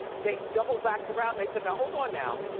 they double backed around, they said, now hold on now,